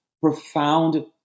profound